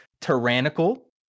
tyrannical